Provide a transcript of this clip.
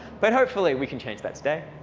but hopefully, we can change that today.